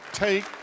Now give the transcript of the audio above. Take